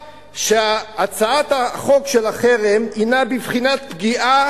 שהצעת החוק של החרם הינה בבחינת פגיעה